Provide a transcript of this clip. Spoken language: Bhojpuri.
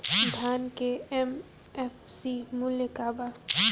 धान के एम.एफ.सी मूल्य का बा?